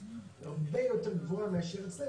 הרבה יותר גבוהה מאשר אצלנו.